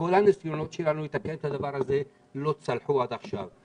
כל הניסיונות שלנו לתקן את הדבר הזה לא צלחו עד עכשיו.